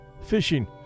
fishing